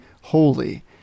holy